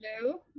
Hello